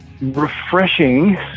Refreshing